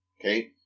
okay